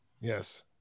Yes